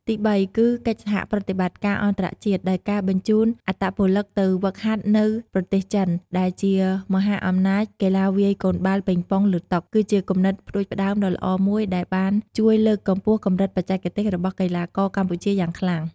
ទីបី គឺកិច្ចសហប្រតិបត្តិការអន្តរជាតិ ដោយការបញ្ជូនអត្តពលិកទៅហ្វឹកហាត់នៅប្រទេសចិន ដែលជាមហាអំណាចកីឡាវាយកូនបាល់ប៉េងប៉ុង លើតុ គឺជាគំនិតផ្តួចផ្ដើមដ៏ល្អមួយដែលបានជួយលើកកម្ពស់កម្រិតបច្ចេកទេសរបស់កីឡាករកម្ពុជាយ៉ាងខ្លាំង។